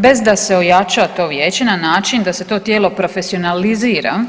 Bez da se ojača to vijeće na način da se to tijelo profesionalizira